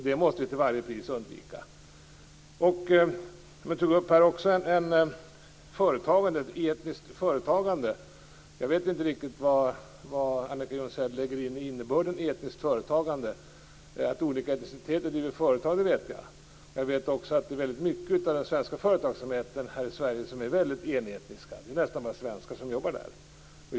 Det måste vi till varje pris undvika. Jag vet inte vilken innebörd Annika Jonsell lägger i begreppet etniskt företagande. Att olika etniciteter driver företag vet jag. Jag vet också att väldigt mycket av den svenska företagsamheten är enetnisk - det är nästan bara svenska som jobbar där.